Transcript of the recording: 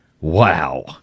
Wow